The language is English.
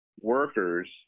workers